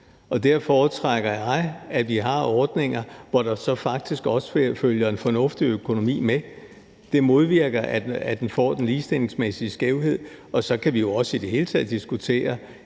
Der foretrækker jeg, at vi har ordninger, hvor der så faktisk også følger en fornuftig økonomi med. Det modvirker, at det får en ligestillingsmæssig skævhed, og så kan vi jo også i det hele taget diskutere,